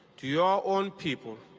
to your own people,